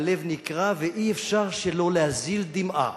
הלב נקרע ואי-אפשר שלא להזיל דמעה